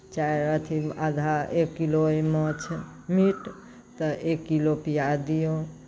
चारि अथि आधा एक किलो अइ माछ मीट तऽ एक किलो प्याज दियौ से